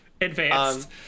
advanced